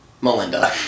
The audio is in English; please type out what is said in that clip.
Melinda